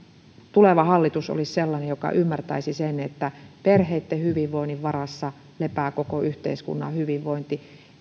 tuleva hallitus olisi sellainen joka ymmärtäisi sen että perheitten hyvinvoinnin varassa lepää koko yhteiskunnan hyvinvointi